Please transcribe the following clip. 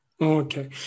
Okay